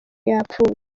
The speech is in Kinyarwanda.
yapfuye